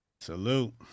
salute